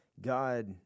God